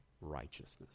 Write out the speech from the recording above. righteousness